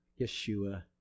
Yeshua